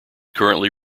currently